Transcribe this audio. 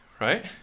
right